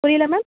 புரியலை மேம்